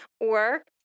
work